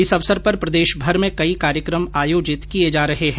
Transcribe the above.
इस अवसर पर प्रदेशभर में कई कार्यक्रम आयोजित किये जा रहे है